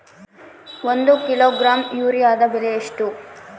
ಒಂದು ಕಿಲೋಗ್ರಾಂ ಯೂರಿಯಾದ ಬೆಲೆ ಎಷ್ಟು?